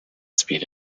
speed